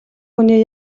хүний